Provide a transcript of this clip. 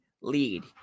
lead